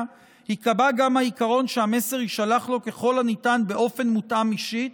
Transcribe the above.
ייקבע גם העיקרון שהמסר יישלח לו ככל הניתן באופן מותאם אישית,